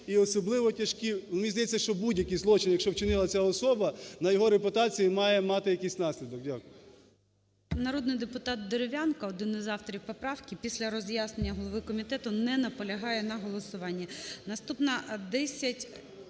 Мені здається, що будь-який злочин, якщо вчинила ця особа, на його репутацію має мати якийсь наслідок. Дякую. ГОЛОВУЮЧИЙ. Народний депутат Дерев'янко, один із авторів поправки, після роз'яснення голови комітету не наполягає на голосуванні. Наступна 1069